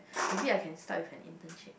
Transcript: maybe I can start with an internship